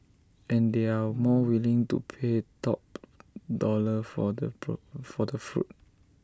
and they are more willing to pay top dollar for the for the fruit